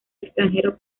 extranjero